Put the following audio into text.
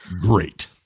great